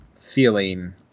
feeling